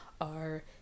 are-